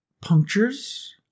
punctures